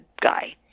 guy